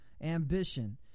ambition